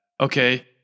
Okay